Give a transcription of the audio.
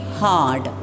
hard